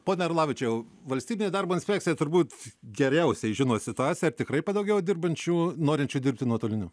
pone orlavičiau valstybinė darbo inspekcija turbūt geriausiai žino situaciją ar tikrai padaugėjo dirbančių norinčių dirbti nuotoliniu